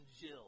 Jill